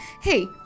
Hey